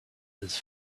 his